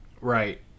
Right